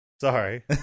Sorry